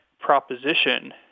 proposition